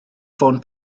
ffôn